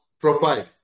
profile